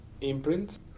imprints